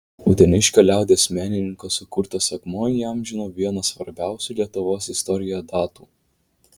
uteniškio liaudies menininko sukurtas akmuo įamžino vieną svarbiausių lietuvos istorijoje datų